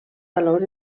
valor